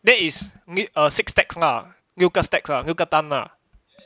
there is need err six stacks lah 六个 stacks ah 六个单 ah